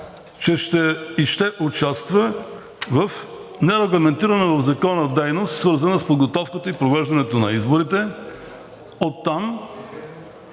че ще участва в нерегламентирана в Закона дейност, свързана с подготовката и провеждането на изборите. Оттам